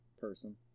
person